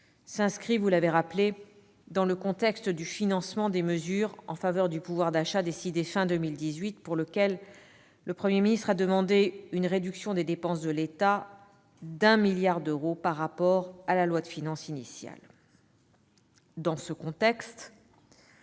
s'inscrit- cela a été rappelé -dans le contexte du financement des mesures en faveur du pouvoir d'achat décidées à la fin de l'année 2018, pour lequel le Premier ministre a demandé une réduction des dépenses de l'État de 1 milliard d'euros par rapport à la loi de finances initiale. Dans ce contexte,